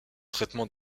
traitement